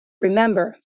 remember